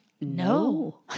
No